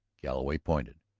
galloway pointed.